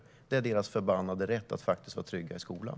Det är dessa vanliga elevers förbannade rätt att faktiskt vara trygga i skolan.